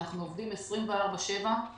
ואנחנו עובדים 24 שעות ביממה.